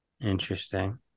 Interesting